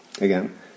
again